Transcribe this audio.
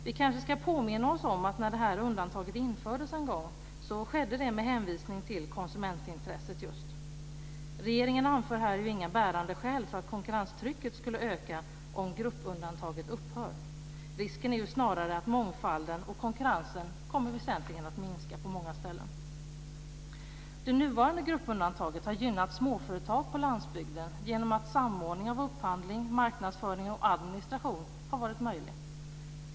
Vi kanske ska påminna oss om att när det här undantaget infördes en gång, skedde det med hänvisning till just konsumentintresset. Regeringen anför här inga bärande skäl för att konkurrenstrycket skulle öka om gruppundantaget upphör. Risken är snarare att mångfalden och konkurrensen väsentligen kommer att minska på många ställen. Det nuvarande gruppundantaget har gynnat småföretag på landsbygden genom att samordning av upphandling, marknadsföring och administration har varit möjlig.